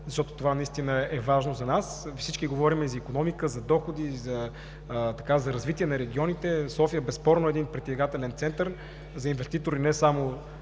защото това наистина е важно за нас и всички говорим за икономика, за доходи, за развитие на регионите. София безспорно е един притегателен център за инвеститори и не само